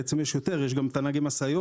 בעצם יש יותר כי יש גם את נהגי המשאיות,